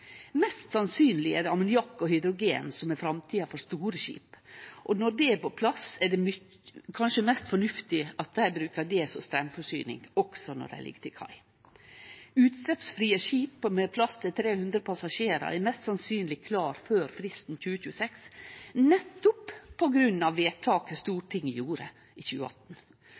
Mest sannsynleg er det ammoniakk og hydrogen som er framtida for store skip, og når det er på plass, er det kanskje mest fornuftig at dei brukar det som straumforsyning også når dei ligg til kai. Utsleppsfrie skip med plass til 300 passasjerar er mest sannsynleg klare før fristen, innan 2026, nettopp på grunn av vedtaket Stortinget gjorde i 2018.